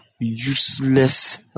useless